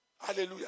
Hallelujah